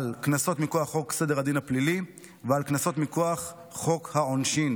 על קנסות מכוח חוק סדר הדין הפלילי ועל קנסות מכוח חוק העונשין,